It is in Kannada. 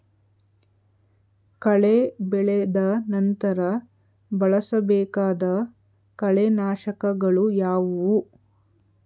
ಕಳೆ ಬೆಳೆದ ನಂತರ ಬಳಸಬೇಕಾದ ಕಳೆನಾಶಕಗಳು ಯಾವುವು?